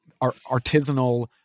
artisanal